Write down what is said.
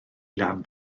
lan